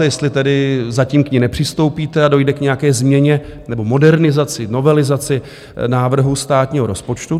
Jestli tedy zatím k ní nepřistoupíte a dojde k nějaké změně nebo modernizaci, novelizaci, návrhu státního rozpočtu?